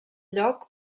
lloc